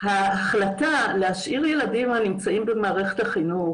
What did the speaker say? ההחלטה להשאיר ילדים הנמצאים במערכת החינוך,